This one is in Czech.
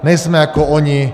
Nejsme jako oni.